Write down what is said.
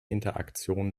interaktion